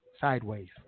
Sideways